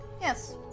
yes